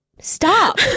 Stop